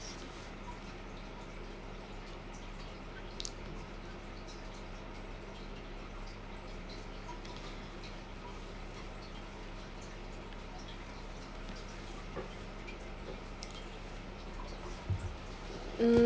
mm